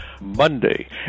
MONDAY